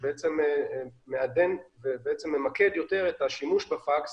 שבעצם מעדן וממקד יותר את השימוש בפקס